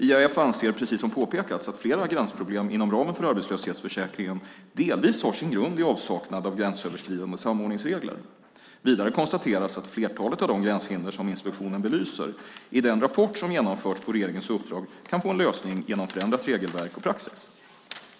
IAF anser, precis som påpekats, att flera gränsproblem inom ramen för arbetslöshetsförsäkringen delvis har sin grund i avsaknad av gränsöverskridande samordningsregler. Vidare konstateras att flertalet av de gränshinder som inspektionen belyser, i den rapport som genomförts på regeringens uppdrag, kan få en lösning genom förändrat regelverk och praxis.